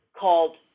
called